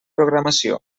programació